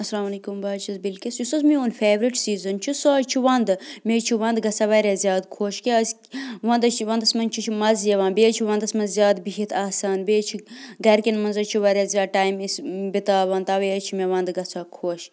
اَسَلامُ علیکُم بہٕ حظ چھَس بِلقِس یُس حظ میون فیورِٹ سیٖزَن چھُ سُہ حظ چھُ وَنٛدٕ مےٚ حظ چھُ وَنٛدٕ گژھان واریاہ زیادٕ خوش کیٛازِکہِ وَنٛدٕ حظ چھِ وَنٛدَس منٛز چھُ چھُ مَزٕ یِوان بیٚیہِ حظ چھِ وَنٛدَس منٛز زیادٕ بِہِتھ آسان بیٚیہِ حظ چھِ گَرکٮ۪ن منٛز حظ چھِ واریاہ زیادٕ ٹایِم أسۍ بِتاوان تَوَے حظ چھِ مےٚ وَنٛدٕ گژھان خوش